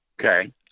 Okay